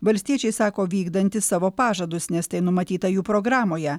valstiečiai sako vykdantys savo pažadus nes tai numatyta jų programoje